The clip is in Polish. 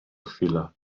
chwila